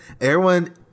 Everyone-